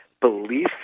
belief